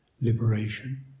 liberation